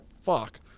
fuck